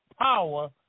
power